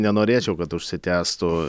nenorėčiau kad užsitęstų